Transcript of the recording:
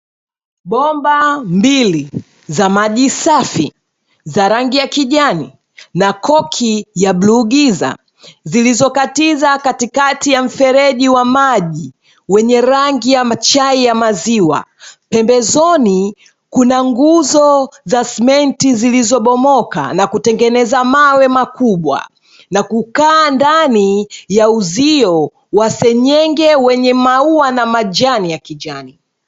Bomba mbili za maji safi, za rangi ya kijani na koki ya bluu giza, zilizokatiza katikati ya mfereji wa maji wenye rangi ya chai ya maziwa. Pembezoni kuna nguzo za simenti zilizobomoka na kutengeneza mawe makubwa, na kukaa ndani ya uzio wa senyenge wenye maua na majani ya kijani.